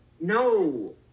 No